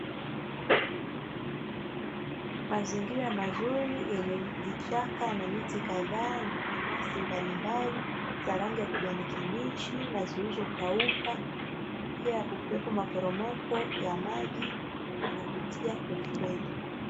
Mazingira mazuri yenye vichaka na miti kadhaa yenye nyasi mbalimbali ya rangi kijani kibichi na zilizo kauka pia kukiwepo na maporomoko ya maji yavutia kweli kweli.